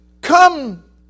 Come